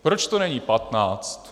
Proč to není 15?